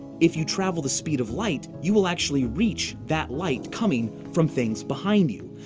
if you travel the speed of light, you will actually reach that light coming from things behind you.